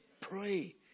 Pray